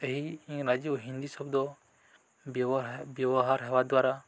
ଏହି ଇଂରାଜୀ ଓ ହିନ୍ଦୀ ଶବ୍ଦ ବ୍ୟବହାର ହେବା ଦ୍ୱାରା